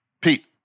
Pete